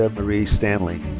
um marie stanley.